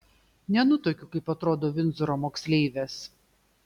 nenutuokiu kaip atrodo vindzoro moksleivės